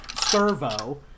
Servo